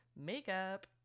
Makeup